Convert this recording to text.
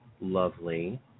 Lovely